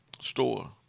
Store